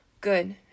Good